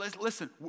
Listen